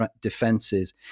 defenses